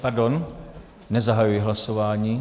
Pardon, nezahajuji hlasování.